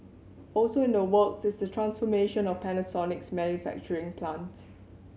also in the works is the transformation of Panasonic's manufacturing plant